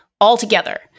altogether